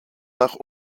nach